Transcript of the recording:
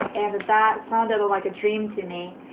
and that sounded like a dream to me.